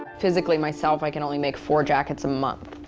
physically, myself, i can only make four jackets a month.